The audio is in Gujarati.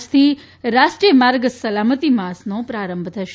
આજથી રાષ્ટ્રીય માર્ગ સલામતી માસનો પ્રારંભ થશે